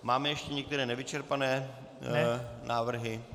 Máme ještě některé nevyčerpané návrhy?